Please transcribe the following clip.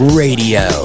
radio